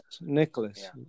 Nicholas